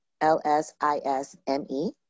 lsisme